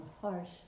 harsh